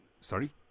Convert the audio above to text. Sorry